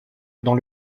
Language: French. dans